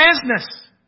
business